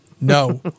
no